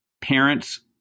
parents